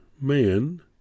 man